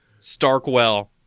Starkwell